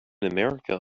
america